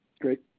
Great